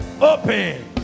Open